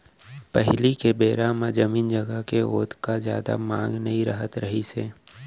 पहिली के बेरा म जमीन जघा के ओतका जादा मांग नइ रहत रहिस हे